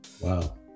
Wow